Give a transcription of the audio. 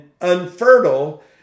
unfertile